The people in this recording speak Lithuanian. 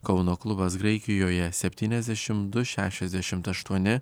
kauno klubas graikijoje septyniasdešimt du šešiasdešimt aštuoni